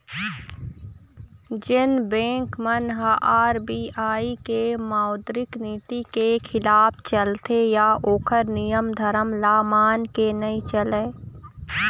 जेन बेंक मन ह आर.बी.आई के मौद्रिक नीति के खिलाफ चलथे या ओखर नियम धरम ल मान के नइ चलय